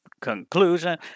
conclusion